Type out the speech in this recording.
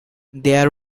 they